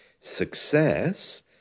success